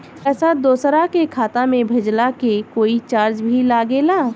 पैसा दोसरा के खाता मे भेजला के कोई चार्ज भी लागेला?